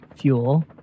fuel